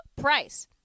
price